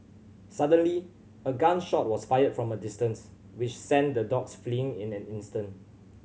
suddenly a gun shot was fired from a distance which sent the dogs fleeing in an instant